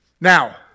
Now